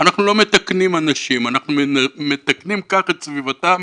אנחנו לא מתקנים אנשים, אנחנו מתקנים את סביבתם